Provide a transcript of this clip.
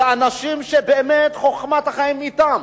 זה אנשים שבאמת חוכמת החיים אתם,